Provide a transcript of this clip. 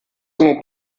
como